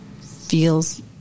feels